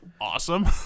awesome